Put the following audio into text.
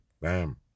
bam